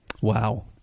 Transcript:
Wow